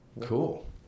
Cool